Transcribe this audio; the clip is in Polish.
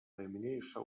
najmniejsza